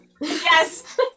Yes